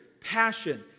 passion